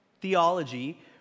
theology